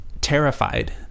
terrified